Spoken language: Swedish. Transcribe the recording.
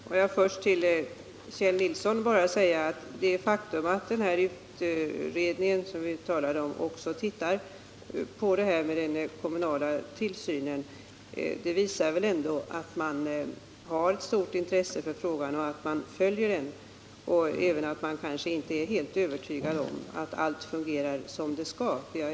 Herr talman! Får jag först till Kjell Nilsson säga att det faktum att den utredning som vi talade om också ser över den kommunala tillsynen visar att man har ett stort intresse för frågan om arbetsmiljöförhållanden, att man följer den och även att man kanske inte är helt övertygad om att allt fungerar som det skall.